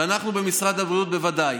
ואנחנו במשרד הבריאות בוודאי.